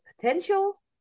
potential